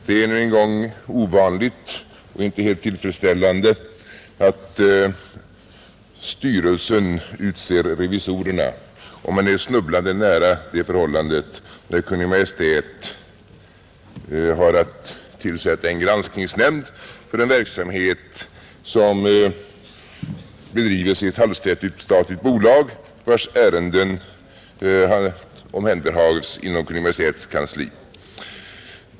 Det är nu en gång ovanligt och inte helt tillfredsställande att en styrelse utser revisorer, och man är snubblande nära det förhållandet när Kungl. Maj:t har att tillsätta en granskningsnämnd för en verksamhet som bedrivs i ett halvstatligt bolag, vars ärenden omhänderhas inom Kungl. Maj:ts kansli.